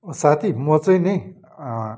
साथी म चाहिँ नि